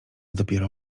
dopiero